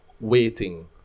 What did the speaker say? waiting